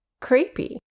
creepy